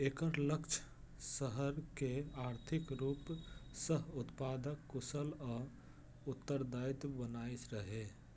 एकर लक्ष्य शहर कें आर्थिक रूप सं उत्पादक, कुशल आ उत्तरदायी बनेनाइ रहै